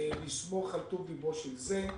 לסמוך על טוב ליבו של זה,